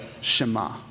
shema